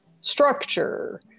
structure